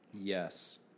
Yes